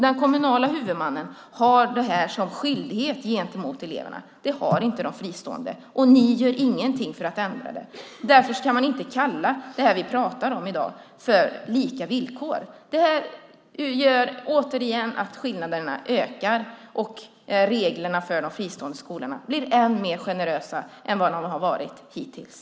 Den kommunala huvudmannen har en skyldighet gentemot eleverna. Det har inte de fristående, och ni gör ingenting för att ändra det. Därför kan man inte kalla det vi pratar om i dag för lika villkor. Det gör att skillnaderna ökar, och reglerna för de fristående skolorna blir mer generösa än vad de har varit hittills.